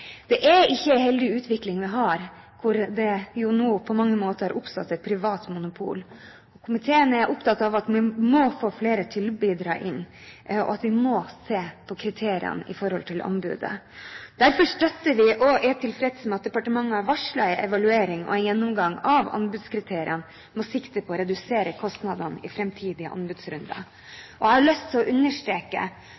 Det er ikke en heldig utvikling at det nå på mange måter har oppstått et privat monopol. Komiteen er opptatt av at vi må få inn flere tilbydere, og at vi må se på kriteriene når det gjelder anbudet. Derfor støtter vi og er tilfreds med at departementet har varslet en evaluering og en gjennomgang av anbudskriteriene med sikte på å redusere kostnadene i fremtidige anbudsrunder.